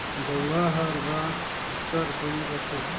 झउहा हर बांस कर बइन रहथे